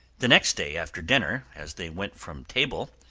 the next day after dinner, as they went from table,